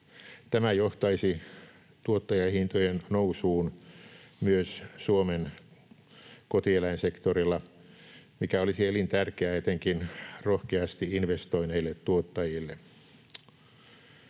Tämä johtaisi tuottajahintojen nousuun myös Suomen kotieläinsektorilla, mikä olisi elintärkeää etenkin rohkeasti investoineille tuottajille.